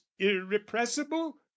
irrepressible